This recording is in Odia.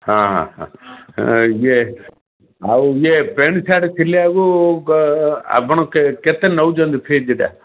ହଁ ହଁ ହଁ ଇଏ ଆଉ ଇଏ ପେଣ୍ଟ ସାର୍ଟ ସିଲାଇବାକୁ ଆପଣ କେ କେତେ ନଉଛନ୍ତି ଫିଜ୍ଟା